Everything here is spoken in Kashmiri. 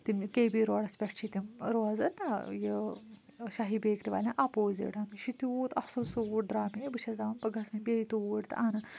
تِم کے پی روڈَس پٮ۪ٹھ چھِ تِم روزَان نہٕ یہِ شاہی بیکری والیٚن اَپوزِٹَن یہِ چھُ تیوٗت اَصٕل سوٗٹ درٛاو مےٚ یہِ بہٕ چھَس دَپان بہٕ گژھٕ ؤنۍ بیٚیہِ توٗرۍ تہٕ اَنہٕ